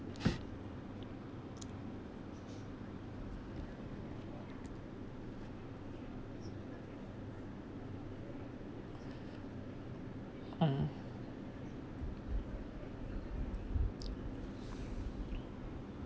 mm